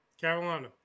Carolina